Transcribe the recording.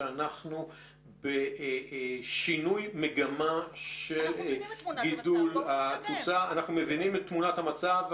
שאנחנו בשינוי מגמה של גידול התפוצה --- אנחנו מכירים את תמונת המצב,